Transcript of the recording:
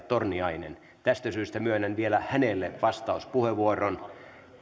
torniainen tästä syystä myönnän vielä hänelle vastauspuheenvuoron